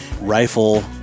rifle